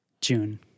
june